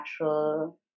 natural